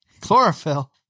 Chlorophyll